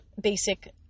basic